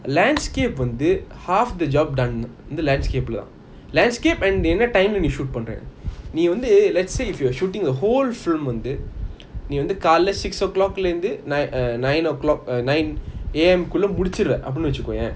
landscape வந்து:vanthu half the job done the landscape தான்:thaan landscape and என்ன:enna time shoot பண்ற:panra let's say if you were shooting a whole film வந்து நீ வந்து கால:vanthu nee vanthu kaala colour six o'clock லந்து:lanthu nine err nine o'clock err nine A_M முடிச்சிடுறானு வெச்சிக்கோயேன்:mudichiduranu vechikoyean